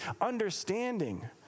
understanding